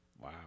Wow